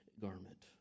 garment